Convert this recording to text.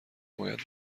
باید